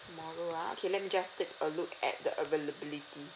tomorrow ah okay let me just take a look at the availability